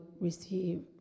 receive